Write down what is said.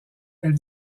elle